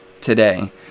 today